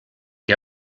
che